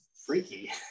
freaky